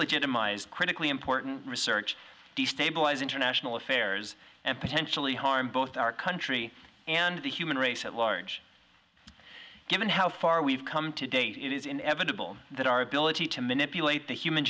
demise critically important research destabilize international affairs and potentially harm both our country and the human race at large given how far we've come to date it is inevitable that our ability to manipulate the human